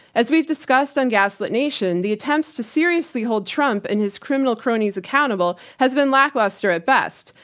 as we've discussed on gaslit nation, the attempts to seriously hold trump and his criminal cronies accountable has been lackluster at best,